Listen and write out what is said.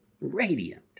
radiant